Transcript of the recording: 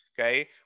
okay